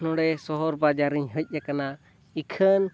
ᱱᱚᱰᱮ ᱥᱚᱦᱚᱨ ᱵᱟᱡᱟᱨ ᱤᱧ ᱦᱮᱡ ᱟᱠᱟᱱᱟ ᱤᱠᱷᱟᱹᱱ